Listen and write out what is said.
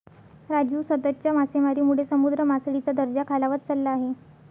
राजू, सततच्या मासेमारीमुळे समुद्र मासळीचा दर्जा खालावत चालला आहे